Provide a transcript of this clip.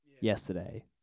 yesterday